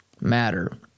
Matter